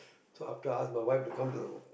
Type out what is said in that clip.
so after I ask my wife to come to the